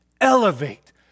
elevate